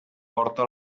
porta